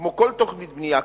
כמו כל תוכנית בנייה,